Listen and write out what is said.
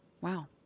wow